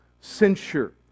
censure